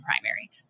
primary